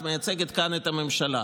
את מייצגת כאן את הממשלה,